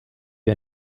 wir